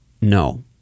No